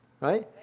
right